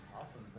Awesome